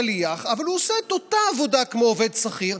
שליח, אבל הוא עושה את אותה עבודה כמו עובד שכיר,